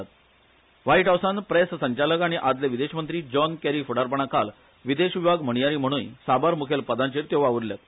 ताणी व्हाईट हाऊसान प्रेस संचालक आनी आदले विदेशमंत्री जॉन कॅरी फुडारपणाखाल विदेश विभाग म्हणयारी म्हणूय साबार मुखेल पदांचेर वावुरल्यात